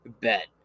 Bet